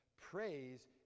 Praise